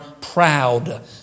proud